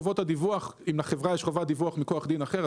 כמובן שאם לחברה יש חובת דיווח מכוח דין אחר,